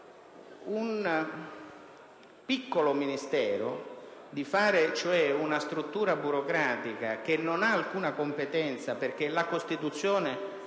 un piccolo Ministero, cioè di creare una struttura burocratica che non ha alcuna competenza, perché la Costituzione